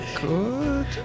good